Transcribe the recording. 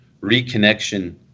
reconnection